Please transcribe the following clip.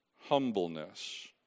humbleness